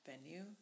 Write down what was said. venue